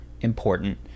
important